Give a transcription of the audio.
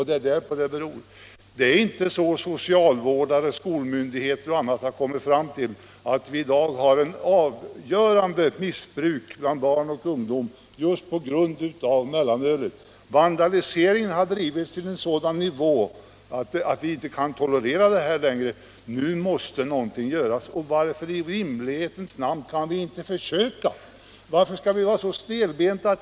Det är inte så att socialvårdare, skolmyndigheter och andra har kommit fram till att vi i dag har ett avgörande missbruk bland barn och ungdom just på grund av mellanölet. I dess spår har vandaliseringen drivits till en sådan nivå att vi inte längre kan tolerera den. Nu måste någonting göras, och varför i rimlighetens namn kan vi inte försöka? Så stelbenta skall vi väl inte behöva vara.